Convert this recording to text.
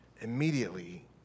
Immediately